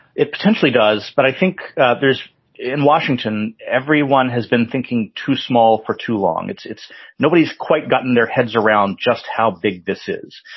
it potentially does. but i think there's in washington, everyone has been thinking too small for too long. it's it's nobody's quite gotten their heads around just how big this is.